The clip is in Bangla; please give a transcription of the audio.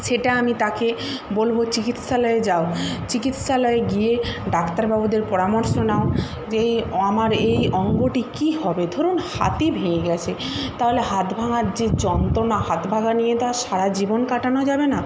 সেটা আমি তাকে বলবো চিকিৎসালয়ে যাও চিকিৎসালয়ে গিয়ে ডাক্তারবাবুদের পরামর্শ নাও যে এই আমার এই অঙ্গটি কী হবে ধরুন হাতই ভেঙ্গে গেছে তাহলে হাত ভাঙ্গার যে যন্ত্রণা হাত ভাঙ্গা নিয়ে তো আর সারা জীবন কাটানো যাবে না